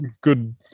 good